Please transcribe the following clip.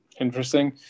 interesting